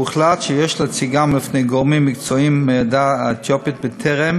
הוחלט שיש להציגן בפני גורמים מקצועיים מהעדה האתיופית בטרם